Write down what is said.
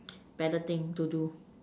better thing to do